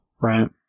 Right